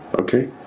Okay